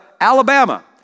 Alabama